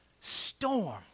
storm